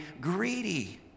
greedy